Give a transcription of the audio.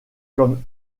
comme